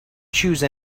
chose